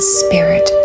spirit